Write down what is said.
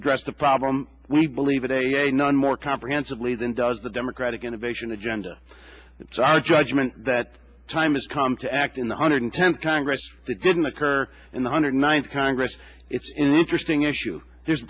address the problem we believe in a none more comprehensively than does the democratic innovation agenda it's our judgment that time has come to act in the hundred tenth congress that didn't occur in the hundred ninth congress it's interesting issue there's